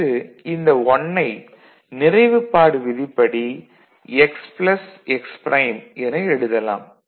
அடுத்து இந்த 1 ஐ நிறைவுப்பாடு விதிப்படி x ப்ளஸ் x ப்ரைம் என எழுதலாம்